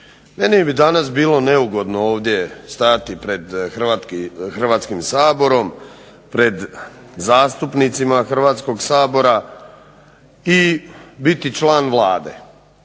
Meni bi danas bilo neugodno stajati danas ovdje pred Hrvatskim saborom, pred zastupnicima Hrvatskoga sabora i biti član Vlade.